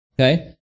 Okay